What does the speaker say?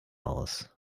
aus